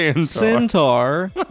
centaur